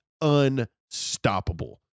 unstoppable